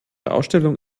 ausstellung